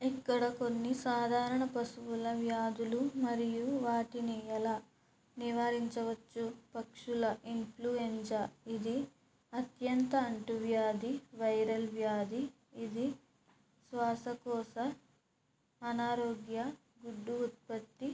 ఇక్కడ కొన్ని సాధారణ పశువుల వ్యాధులు మరియు వాటిని ఎలా నివారించవచ్చు పక్షుల ఇన్ఫ్లుఎంజా ఇది అత్యంత అంటువ్యాధి వైరల్ వ్యాధి ఇది శ్వాసకోశ అనారోగ్య గుడ్డు ఉత్పత్తి